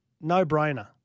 no-brainer